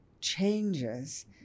changes